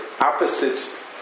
opposites